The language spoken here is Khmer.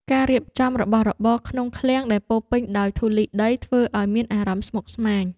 ការរៀបចំរបស់របរក្នុងឃ្លាំងដែលពោរពេញដោយធូលីដី ធ្វើឱ្យមានអារម្មណ៍ស្មុគស្មាញ។